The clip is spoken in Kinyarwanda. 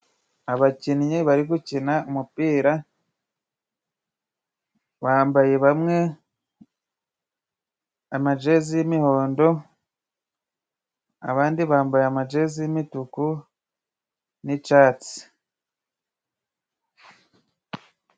Abakinnyi bari gukina umupira bambaye bamwe amajezi yimihondo, abandi bambaye amajezi y' imituku n'icatsi.